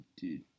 Dude